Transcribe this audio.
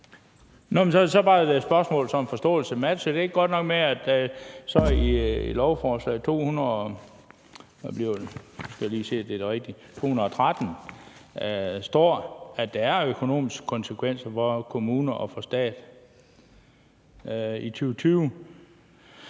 så har jeg bare et spørgsmål sådan om forståelsen: Matcher det ikke godt nok med, at der så i lovforslag nr. L 213 står, at der er økonomiske konsekvenser for kommunerne og for staten i 2020?